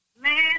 Man